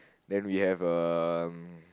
then we have uh